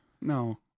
no